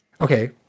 okay